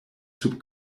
sub